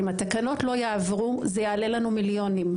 אם התקנות לא יעברו זה יעלה לנו מיליונים.